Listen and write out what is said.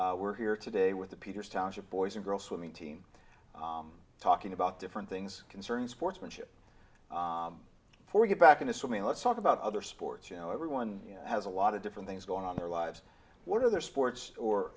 org we're here today with the peters township boys and girls swimming team talking about different things concerns sportsmanship or get back into swimming let's talk about other sports you know everyone has a lot of different things going on their lives what are their sports or